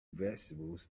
vegetables